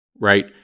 right